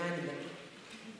היא עדיין, אגב.